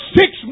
six